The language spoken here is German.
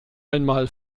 einmal